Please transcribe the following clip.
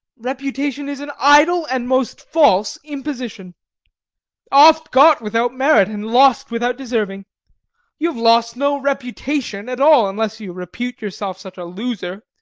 reputation is an idle and most false imposition oft got without merit and lost without deserving you have lost no reputation at all, unless you repute yourself such a loser.